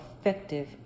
effective